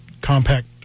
compact